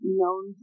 known